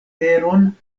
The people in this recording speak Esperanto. teron